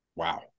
Wow